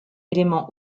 élément